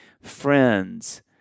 friends